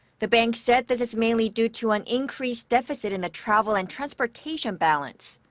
the bank said this is mainly due to an increased deficit in the travel and transportation balance.